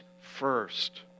first